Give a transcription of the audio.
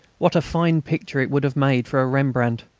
what a fine picture it would have made for a rembrandt!